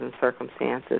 circumstances